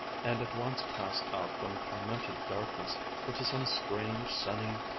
and at once passed out from tormented darkness into some strange, sunny,